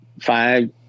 five